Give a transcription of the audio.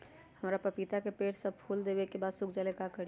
हमरा पतिता के पेड़ सब फुल देबे के बाद सुख जाले का करी?